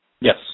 Yes